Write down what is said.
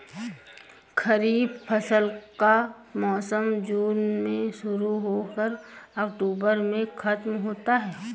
खरीफ फसल का मौसम जून में शुरू हो कर अक्टूबर में ख़त्म होता है